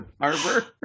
harbor